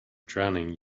drowning